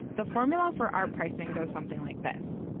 the formula for art pricing goes something like this.